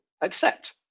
accept